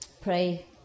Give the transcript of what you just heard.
Pray